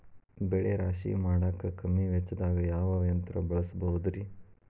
ಬೆಳೆ ರಾಶಿ ಮಾಡಾಕ ಕಮ್ಮಿ ವೆಚ್ಚದಾಗ ಯಾವ ಯಂತ್ರ ಬಳಸಬಹುದುರೇ?